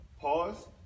pause